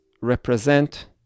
represent